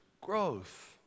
growth